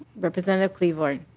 representative clyborne